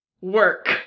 work